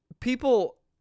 People